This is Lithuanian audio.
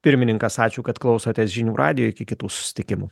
pirmininkas ačiū kad klausotės žinių radijo iki kitų susitikimų